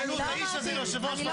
הצעה לסדר, גברתי היושבת-ראש.